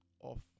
off